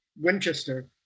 Winchester